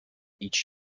each